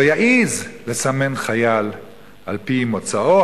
לא יעזו לסמן חייל על-פי מוצאו,